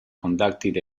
conducted